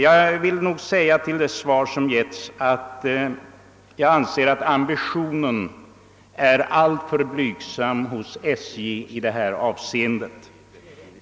Med anledning av det lämnade svaret vill jag framhålla att jag anser att ambitionen är alltför blygsam hos SJ i detta avseende.